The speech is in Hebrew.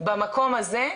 במקום הזה,